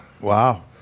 Wow